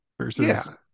versus